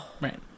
Right